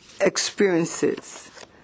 experiences